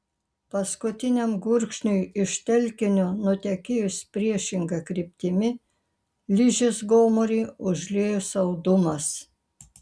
paskutiniam gurkšniui iš telkinio nutekėjus priešinga kryptimi ližės gomurį užliejo saldumas